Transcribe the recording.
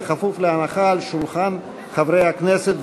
כפוף להנחה על שולחן הכנסת,